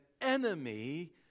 enemy